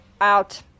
out